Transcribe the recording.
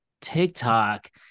TikTok